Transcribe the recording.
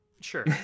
Sure